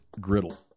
Griddle